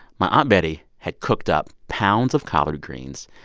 my aunt betty had cooked up pounds of collard greens,